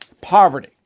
poverty